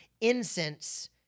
incense